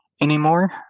anymore